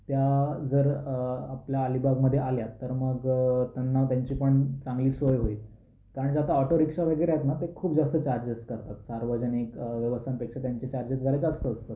त्या जर आपल्या अलिबागमध्ये आल्यात तर मग त्यांना त्यांची पण चांगली सोय होईल कारण का आता ऑटो रिक्षा वगैरे आहेत ना ते खूप जास्त चार्जेस करतात सार्वजनिक व्यवस्थांपेक्षा त्यांचे चार्जेस जरा जास्त असतात